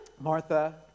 Martha